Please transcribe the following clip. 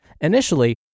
initially